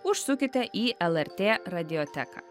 užsukite į lrt radijoteką